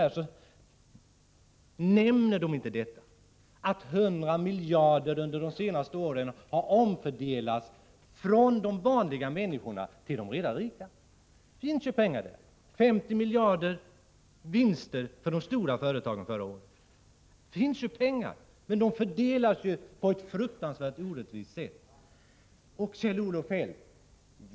Under de senaste åren har 100 miljarder kronor omfördelats från de vanliga människorna till de redan rika. Det finns ju pengar — 50 miljarder i vinster för de stora företagen förra året — men de fördelas på ett fruktansvärt orättvist sätt.